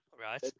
right